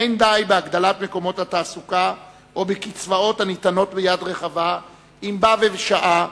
אין די בהוספת מקומות תעסוקה או בקצבאות הניתנות ביד רחבה אם בה בשעה,